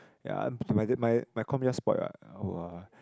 ya I'm my my com just spoilt what [wah]